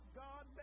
god